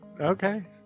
Okay